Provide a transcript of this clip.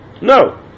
No